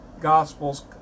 Gospels